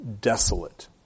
desolate